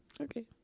okay